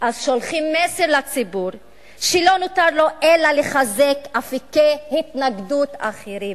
אז שולחים מסר לציבור שלא נותר לו אלא לחזק אפיקי התנגדות אחרים.